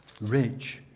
rich